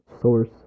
source